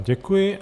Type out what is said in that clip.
Děkuji.